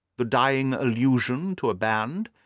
the dying allusion to a band,